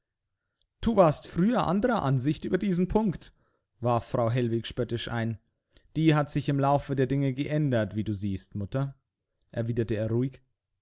du warst früher anderer ansicht über diesen punkt warf frau hellwig spöttisch ein die hat sich im laufe der dinge geändert wie du siehst mutter erwiderte er ruhig